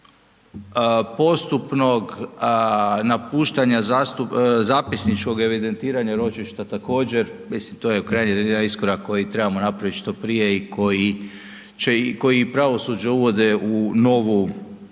postupnog napuštanja zapisničkog evidentiranja ročišta, također, mislim to je u krajnjoj liniji jedan iskorak koji trebamo napravit što prije i koji pravosuđe uvode u novu